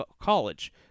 college